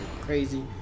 crazy